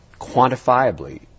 quantifiably